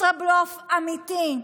ישראבלוף אמיתי.